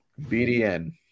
BDN